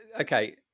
Okay